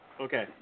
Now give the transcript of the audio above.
Okay